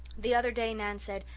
the other day nan said,